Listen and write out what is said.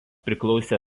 priklausė